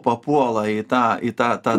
papuola į tą į tą tą